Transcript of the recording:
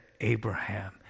Abraham